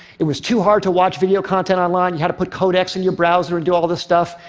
it was too hard to watch video content online, you had to put codecs in your browser and do all this stuff,